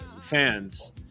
fans